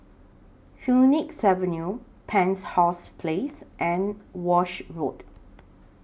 Phoenix Avenue Penshurst Place and Walshe Road